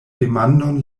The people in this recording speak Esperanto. demandon